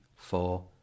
four